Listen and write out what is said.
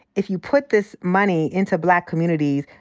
if you put this money into black communities,